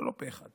זה לא פה אחד